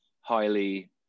highly